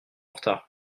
retard